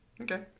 Okay